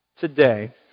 today